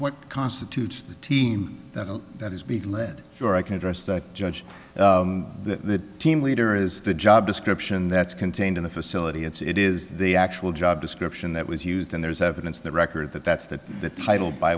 what constitutes the team that is beating lead here i can address that judge that team leader is the job description that's contained in the facility it's it is the actual job description that was used and there's evidence that record that that's that the title by